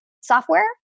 software